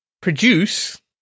produce